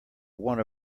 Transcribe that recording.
one